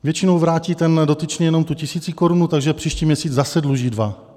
Většinou vrátí ten dotyčný jenom tu tisícikorunu, takže příští měsíc zase dluží dva.